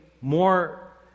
more